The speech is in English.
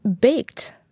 baked